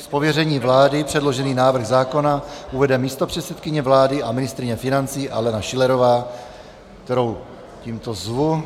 Z pověření vlády předložený návrh zákona uvede místopředsedkyně vlády a ministryně financí Alena Schillerová, kterou tímto zvu.